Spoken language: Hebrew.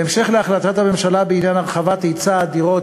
בהמשך להחלטת הממשלה בעניין הרחבת היצע הדירות